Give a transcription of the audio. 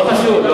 לא חשוב.